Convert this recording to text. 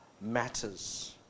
matters